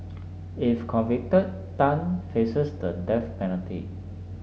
if convicted Tan faces the death penalty